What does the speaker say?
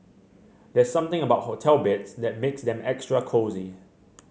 there's something about hotel beds that makes them extra cosy